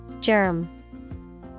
Germ